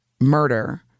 murder